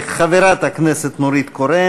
חברת הכנסת נורית קורן.